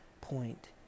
point